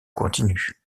continue